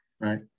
Right